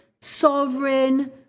sovereign